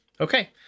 okay